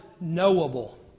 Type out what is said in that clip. knowable